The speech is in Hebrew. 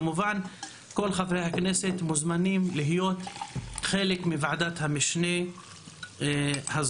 כמובן שכל חברי הכנסת מוזמנים להיות חלק מוועדת המשנה הזאת.